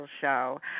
show